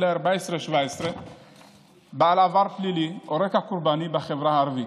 14 17 בעלי עבר פלילי או רקע קורבני בחברה הערבית.